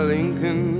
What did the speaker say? Lincoln